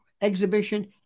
exhibition